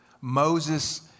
Moses